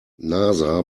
nasa